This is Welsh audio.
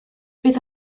bydd